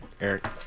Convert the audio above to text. Eric